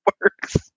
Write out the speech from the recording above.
works